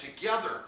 together